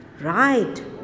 Right